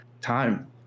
time